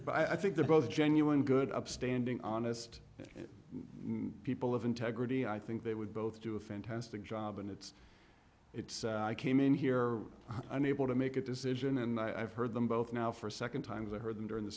i think they're both genuine good upstanding honest people of integrity i think they would both do a fantastic job and it's it's i came in here unable to make a decision and i've heard them both now for a second time as i heard them during the